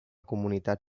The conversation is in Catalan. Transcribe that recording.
comunitat